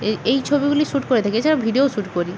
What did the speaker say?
এই এই ছবিগুলি শুট করে থাকি এছাড়াও ভিডিওও শুট করি